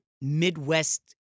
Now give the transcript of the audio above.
Midwest